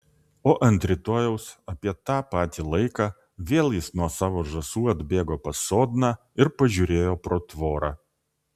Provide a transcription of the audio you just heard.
o ant rytojaus apie tą patį laiką vėl jis nuo savo žąsų atbėgo pas sodną ir pažiūrėjo pro tvorą